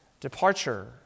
departure